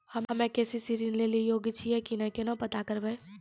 हम्मे के.सी.सी ऋण लेली योग्य छियै की नैय केना पता करबै?